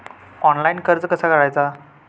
Online कर्ज कसा करायचा?